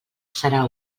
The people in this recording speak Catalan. serà